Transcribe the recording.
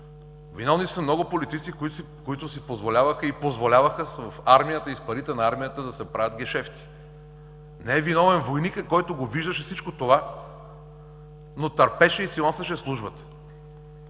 Виновни са много политици, които си позволяваха и позволяваха в армията и с парите на армията да се правят гешефти. Не е виновен войникът, който виждаше всичко това, но търпеше и си носеше службата.